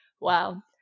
Wow